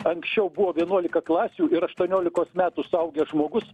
anksčiau buvo vienuolika klasių ir aštuoniolikos metų suaugęs žmogus